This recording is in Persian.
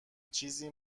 چیزی